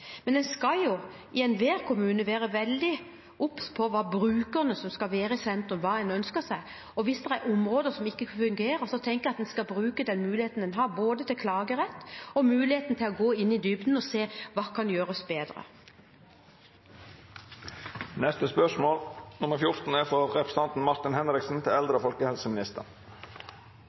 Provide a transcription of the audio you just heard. Men en skal i enhver kommune være veldig obs på hva brukerne – som skal være i sentrum – ønsker seg. Hvis det er områder som ikke fungerer, tenker jeg at en skal bruke den muligheten en har, både til klagerett og til å gå i dybden og se på hva som kan gjøres bedre. «I 2007 opprettet Stoltenberg II-regjeringa Den kulturelle spaserstokken, DKSp, som gjennom øremerkede midler ga eldre